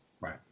Right